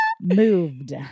moved